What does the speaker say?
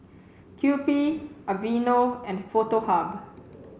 Kewpie Aveeno and Foto Hub